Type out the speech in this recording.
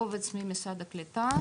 קובץ ממשרד הקליטה,